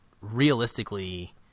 realistically